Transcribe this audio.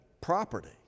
property